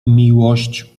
miłość